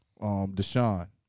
Deshaun